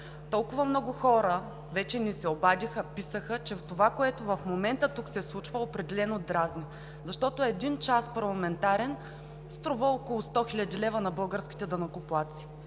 толкова много хора вече ни се обадиха, писаха, че това, което в момента тук се случва, определено дразни, защото един парламентарен час струва около 100 хил. лв. на българските данъкоплатци.